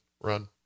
run